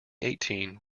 eighteen